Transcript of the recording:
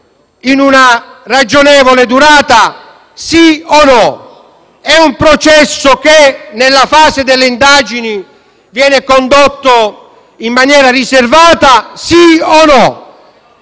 in una ragionevole durata, sì o no? È un processo che nella fase delle indagini viene condotto in maniera riservata, sì o no?